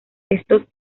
estos